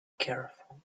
careful